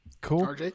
Cool